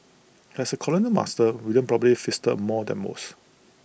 as A colonial master William probably feasted more than most